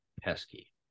Pesky